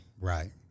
Right